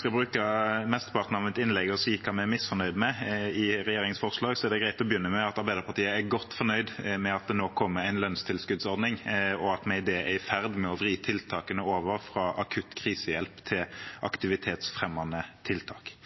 skal bruke mesteparten av mitt innlegg på å si hva vi er misfornøyde med i regjeringens forslag, er det greit å begynne med at Arbeiderpartiet er godt fornøyd med at det nå kommer en lønnstilskuddsordning, og at vi med det er i ferd med å vri tiltakene fra akutt krisehjelp til aktivitetsfremmende tiltak.